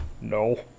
No